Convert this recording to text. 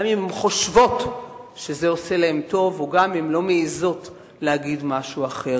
גם אם הן חושבות שזה עושה להן טוב או גם אם לא מעזות להגיד משהו אחר.